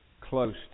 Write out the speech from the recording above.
close